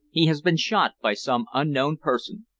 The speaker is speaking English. he has been shot by some unknown person.